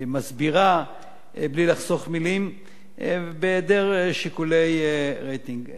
מסבירה בלי לחסוך מלים, בהיעדר שיקולי רייטינג.